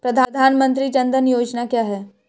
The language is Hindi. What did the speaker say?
प्रधानमंत्री जन धन योजना क्या है?